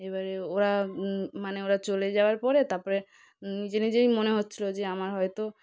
এবারে ওরা মানে ওরা চলে যাওয়ার পরে তারপরে নিজে নিজেই মনে হচ্ছিলো যে আমার হয়তো